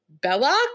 Belloc